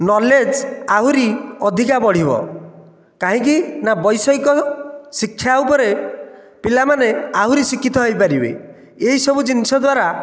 knowledge ଆହୁରି ଅଧିକା ବଢ଼ିବ କାହିଁକି ନା ବୈଷୟିକ ଶିକ୍ଷା ଉପରେ ପିଲାମାନେ ଆହୁରି ଶିକ୍ଷିତ ହୋଇପାରିବେ ଏହିସବୁ ଜିନିଷ ଦ୍ୱାରା